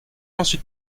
ensuite